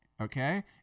Okay